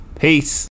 peace